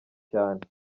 cyane